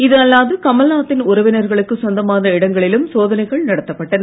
இது அல்லாது கமல்நாத் தின் உறவினர்களுக்குச் சொந்தமான இடங்களிலும் சோதனைகள் நடத்தப்பட்டன